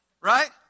right